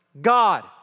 God